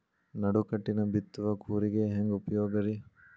ನಡುಕಟ್ಟಿನ ಬಿತ್ತುವ ಕೂರಿಗೆ ಹೆಂಗ್ ಉಪಯೋಗ ರಿ?